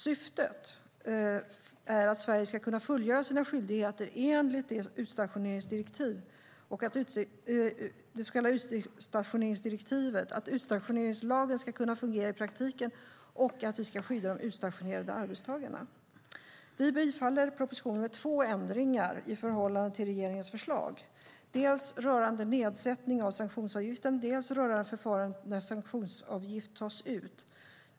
Syftet är att Sverige ska kunna fullgöra sina skyldigheter enligt det så kallade utstationeringsdirektivet, att utstationeringslagen ska kunna fungera i praktiken och att vi ska skydda de utstationerade arbetstagarna. Vi bifaller propositionen med två ändringar i förhållande till regeringens förslag, dels rörande nedsättning av sanktionsavgiften, dels rörande förfarandet när sanktionsavgift tas ut.